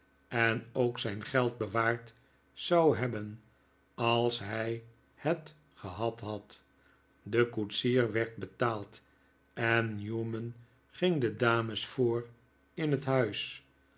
en ook zijn geld bewaard zou hebben als hij het gehad had de koetsier werd betaald en newman ging de dames voor in het huis